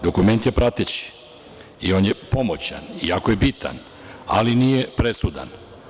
Dokument je prateći i on je pomoćan i jako je bitan, ali nije presudan.